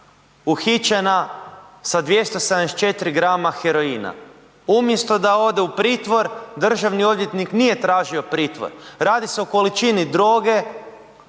uhićena sa 274 g heroina. Umjesto da ode u pritvor, državni odvjetnik nije traži pritvor, radi se o količini droge